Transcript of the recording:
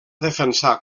defensar